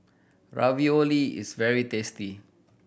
ravioli is very tasty